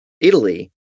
Italy